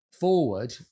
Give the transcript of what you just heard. Forward